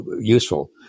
useful